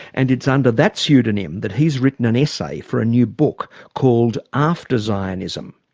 and it's under that pseudonym that he's written an essay for a new book called after zionism.